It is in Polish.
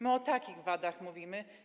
My o takich wadach mówimy.